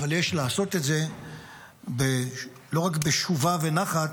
אבל יש לעשות את זה לא רק בשובה ונחת,